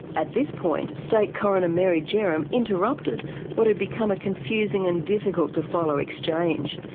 at this point state coroner mary jerram interrupted what had become a confusing and difficult-to-follow exchange.